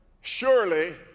surely